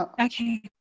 Okay